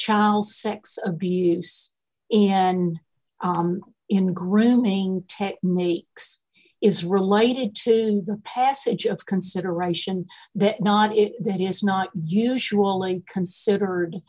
child's sex abuse and in grooming techniques is related to the passage of consideration that not that is not usually considered